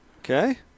Okay